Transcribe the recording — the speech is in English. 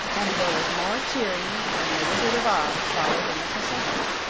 and there was more cheering when the wizard of oz followed in the procession.